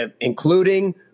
including